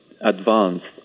advanced